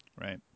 right